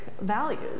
values